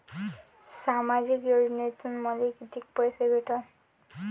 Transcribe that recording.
सामाजिक योजनेतून मले कितीक पैसे भेटन?